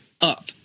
up